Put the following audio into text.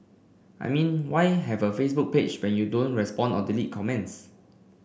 I mean why have a Facebook page when you don't respond or delete comments